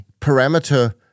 parameter